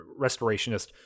restorationist